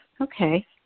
Okay